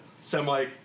semi